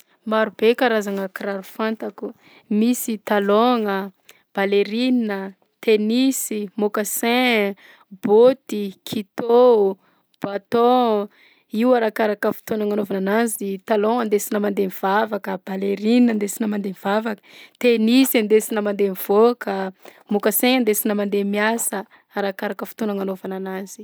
Maro be karazagna kiraro fantako: misy talongna, ballerina, tenisy, mocassien, bôty, kitô, bateau, io arakaraka fotoana agnanaovana anazy, talon andesina mandeha mivavaka, ballerine andesina mandeha mivavaka, tenisy andesina mandeha mivoaka, mocassin andesina mandeha miasa, arakaraka fotoana agnanovana anazy.